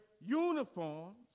uniforms